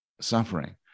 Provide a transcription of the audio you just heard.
suffering